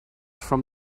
from